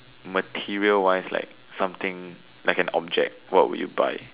material wise like something like an object what would you buy